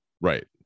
Right